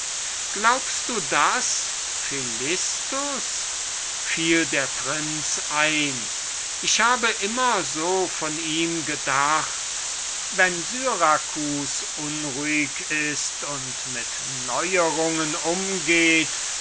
glaubst du das philistus fiel dionys ein so hab ich immer von ihm gedacht wenn syracus unruhig ist und mit neuerungen umgeht